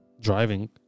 driving